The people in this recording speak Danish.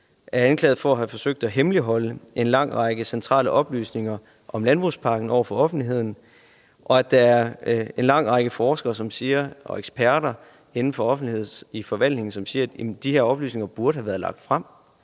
er anklaget for at have forsøgt at hemmeligholde en lang række centrale oplysninger om landbrugspakken over for offentligheden, og der er en lang række forskere og eksperter inden for offentlighed i forvaltningen, som siger, at de her oplysninger burde have været lagt frem,